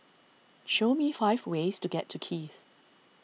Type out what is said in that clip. show me five ways to get to Kiev